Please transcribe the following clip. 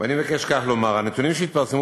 -- ואני מבקש כך לומר: הנתונים שהתפרסמו